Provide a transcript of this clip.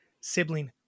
sibling